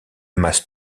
masses